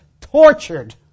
tortured